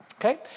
Okay